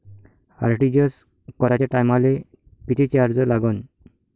RTGS कराच्या टायमाले किती चार्ज लागन?